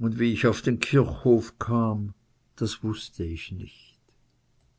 und wie ich auf den kirchhof kam das wußte ich nicht